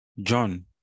john